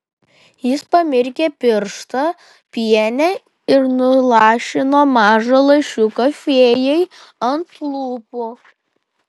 jis pamirkė pirštą piene ir nulašino mažą lašiuką fėjai ant lūpų